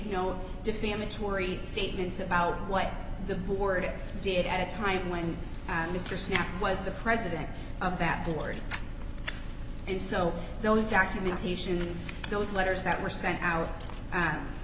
know defamatory statements about what the board did at a time when mr snapp was the president of that board and so those documentations those letters that were sent out